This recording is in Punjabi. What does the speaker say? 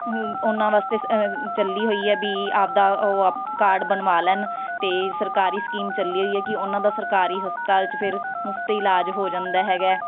ਉਹਨਾਂ ਵਾਸਤੇ ਚੱਲੀ ਹੋਈ ਹੈ ਵੀ ਆਪਣਾ ਉਹ ਕਾਰਡ ਬਣਵਾ ਲੈਣ ਅਤੇ ਸਰਕਾਰੀ ਸਕੀਮ ਚੱਲੀ ਹੋਈ ਹੈ ਕਿ ਉਹਨਾਂ ਦਾ ਸਰਕਾਰੀ ਹਸਪਤਾਲ 'ਚ ਫਿਰ ਮੁਫ਼ਤ ਇਲਾਜ ਹੋ ਜਾਂਦਾ ਹੈਗਾ